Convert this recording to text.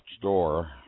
Door